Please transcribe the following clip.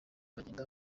bagenda